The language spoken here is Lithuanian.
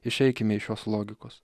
išeikime iš šios logikos